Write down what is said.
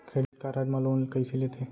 Credit card मा loan कइसे लेथे?